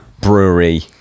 Brewery